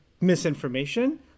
misinformation